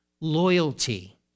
Loyalty